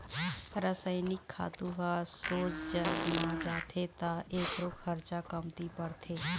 रसइनिक खातू ह सोझ जर म जाथे त एखरो खरचा कमती परथे